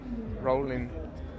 rolling